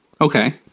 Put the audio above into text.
Okay